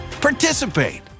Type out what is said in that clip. participate